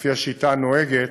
לפי השיטה הנוהגת,